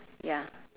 ya